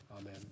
Amen